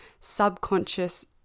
subconscious